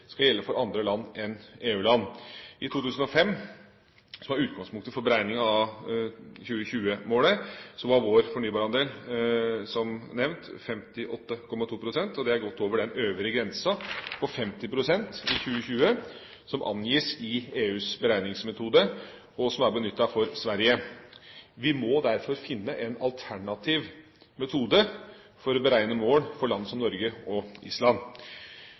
skal gjelde for andre land enn EU-land. I 2005, som var utgangspunktet for beregningen av 2020-målet, var vår fornybarandel, som nevnt, 58,2 pst., og det er godt over den øvre grensen på 50 pst. i 2020, som angis i EUs beregningsmetode, og som er benyttet for Sverige. Vi må derfor finne en alternativ metode for å beregne mål for land som Norge og Island.